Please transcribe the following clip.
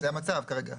זה המצב כרגע.